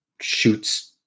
shoots